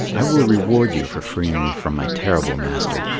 i will reward you for freeing me from my terrible master.